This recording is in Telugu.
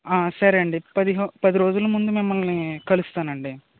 ఆ సరే అండి పదిహొ పది రోజుల ముందు మిమ్మల్ని కలుస్తాను అండి